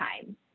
time